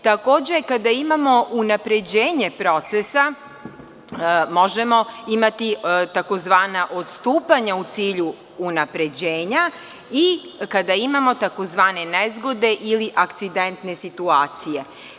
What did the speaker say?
Takođe, kada imamo unapređenje procesa možemo imati takozvana odstupanja u cilju unapređenja, i kada imamo takozvane nezgode ili akcidentne situacije.